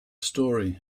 story